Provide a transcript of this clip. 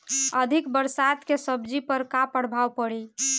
अधिक बरसात के सब्जी पर का प्रभाव पड़ी?